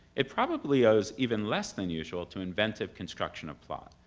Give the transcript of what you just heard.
it probably owes even less than usual to inventive construction of plot.